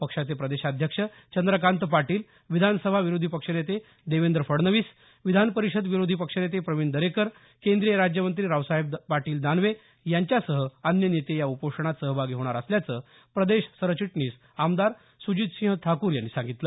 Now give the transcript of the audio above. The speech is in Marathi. पक्षाचे प्रदेशाध्यक्ष चंद्रकांत पाटील विधानसभेचे विरोधी पक्षनेते देवेंद्र फडणवीस विधानपरिषदेचे विरोधी पक्षनेते प्रविण दरेकर केंद्रीय राज्यमंत्री रावसाहेब पाटील दानवे यांच्यासह अन्य नेते या उपोषणात सहभागी होणार असल्याचं प्रदेश सरचिटणीस आमदार सुजितसिंह ठाकूर यांनी सांगितलं